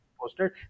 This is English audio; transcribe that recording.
posted